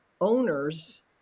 owners